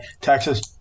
Texas